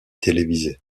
télévisées